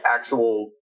actual